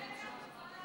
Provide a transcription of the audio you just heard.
למה?